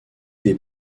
des